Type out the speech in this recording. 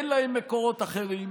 אין להם מקורות אחרים,